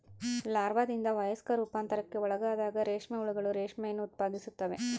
ಲಾರ್ವಾದಿಂದ ವಯಸ್ಕ ರೂಪಾಂತರಕ್ಕೆ ಒಳಗಾದಾಗ ರೇಷ್ಮೆ ಹುಳುಗಳು ರೇಷ್ಮೆಯನ್ನು ಉತ್ಪಾದಿಸುತ್ತವೆ